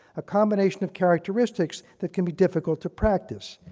a combination of characteristics that can be difficult to practice.